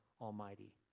Almighty